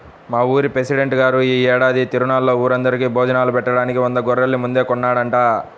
మా ఊరి పెసిడెంట్ గారు యీ ఏడాది తిరునాళ్ళలో ఊరందరికీ భోజనాలు బెట్టడానికి వంద గొర్రెల్ని ముందే కొన్నాడంట